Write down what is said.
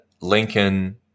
Lincoln